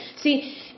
See